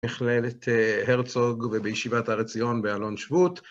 מכללת הרצוג ובישיבת הר-ציון באלון שבות.